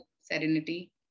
serenity